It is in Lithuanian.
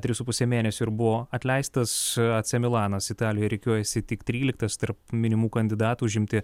tris su puse mėnesio ir buvo atleistas ac milanas italijoje rikiuojasi tik tryliktas tarp minimų kandidatų užimti